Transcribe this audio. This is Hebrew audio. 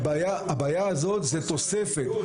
הבעיה הזאת זה תוספת.